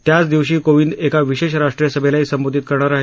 त्याच दिवशी कोविंद एका विशेष राष्ट्रीय सभेलाही संबोधित करणार आहेत